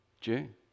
June